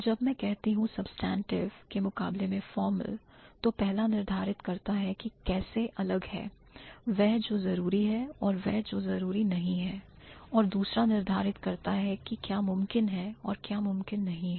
जब मैं कहती हूं substantive के मुकाबले में formal तो पहला निर्धारित करता है कि कैसे अलग है वह जो जरूरी है और वह जो जरूरी नहीं है और दूसरा निर्धारित करता है कि क्या मुमकिन है और क्या मुमकिन नहीं है